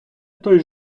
той